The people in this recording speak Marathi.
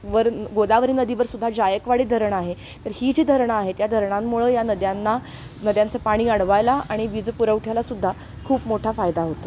वर गोदावरी नदीवर सुद्धा जायकवाडी धरण आहे तर ही जी धरणं आहेत या धरणांमुळं या नद्यांना नद्यांचं पाणी अडवायला आणि वीज पुरवठ्याला सुद्धा खूप मोठा फायदा होतो